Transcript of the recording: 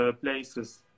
places